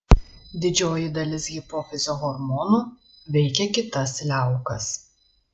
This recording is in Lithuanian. didžioji dalis hipofizio hormonų veikia kitas liaukas